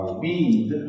weed